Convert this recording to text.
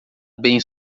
bem